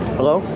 Hello